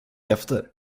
efter